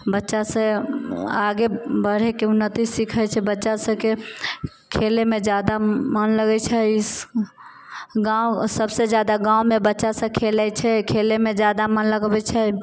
बच्चा सब आगे बढ़यके उन्नति सीखैत छै बच्चा सबके खेलयमे जादा मन लगैत छै गाँव सबसे जादा गाँवमे बच्चा सब खेलैत छै खेलयमे जादा मन लगबैत छै